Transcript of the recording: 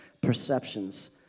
perceptions